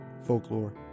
folklore